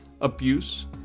abuse